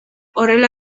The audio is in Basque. horrela